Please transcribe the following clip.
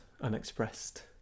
unexpressed